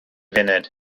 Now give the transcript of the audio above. funud